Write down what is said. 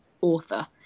author